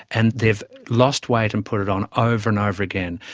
and they've lost weight and put it on over and over again.